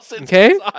okay